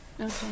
Okay